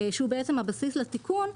שהוא בעצם הבסיס לתיקון,